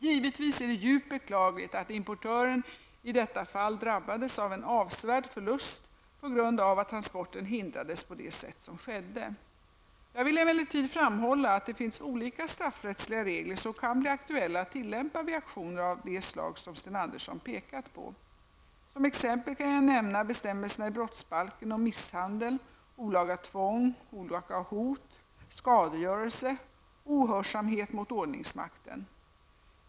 Givetvis är det djupt beklagligt att importören i detta fall drabbades av en avsevärd förlust på grund av att transporten hindrades på det sätt som skedde. Jag vill emellertid framhålla att det finns olika straffrättsliga regler som kan bli aktuella att tillämpa vid aktioner av det slag som Sten Andersson pekat på. Som exempel kan jag nämna bestämmelserna i brottsbalken om misshandel, olaga tvång, olaga hot, skadegörelse och ohörsamhet mot ordningsmakten.